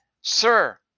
Sir